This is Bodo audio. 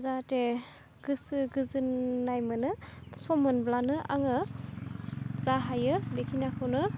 जाहाथे गोसो गोजोन्नाय मोनो सम मोनब्लानो आङो जा हायो बेखिनियाखौनो